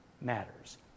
matters